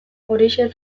horixe